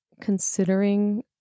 considering